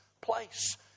place